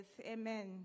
Amen